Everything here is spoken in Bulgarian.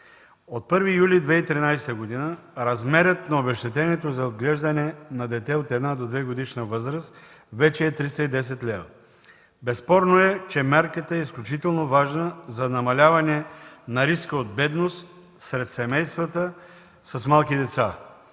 от 1 юли 2013 г. размерът на обезщетението за отглеждане на дете от една до двегодишна възраст вече е 310 лв. Безспорно е, че мярката е изключително важна за намаляване на риска от бедност сред семействата с малки деца.